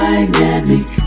Dynamic